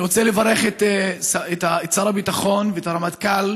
אני רוצה לברך את שר הביטחון ואת הרמטכ"ל